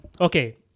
okay